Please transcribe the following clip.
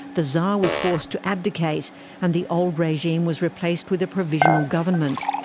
the tsar was forced to abdicate and the old regime was replaced with a provisional government.